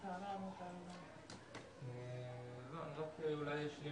אני רק אולי אשלים